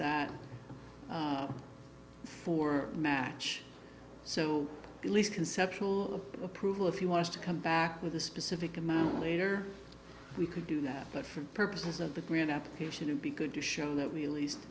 that for match so at least conceptual approval if you want to come back with a specific amount later we could do that but for purposes of the grant application would be good to show that we at least